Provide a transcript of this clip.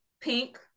Pink